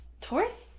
Taurus